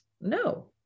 no